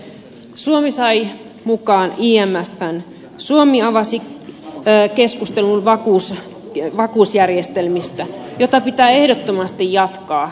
suomi sai mukaan imfn suomi avasi keskustelun vakuusjärjestelmistä jota pitää ehdottomasti jatkaa